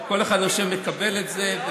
כל אחד, איך שהוא מקבל את זה.